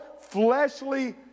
fleshly